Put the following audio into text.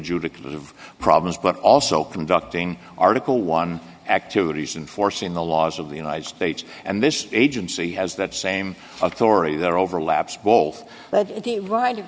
e problems but also conducting article one activities and forcing the laws of the united states and this agency has that same authority that overlaps both but the right